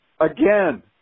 again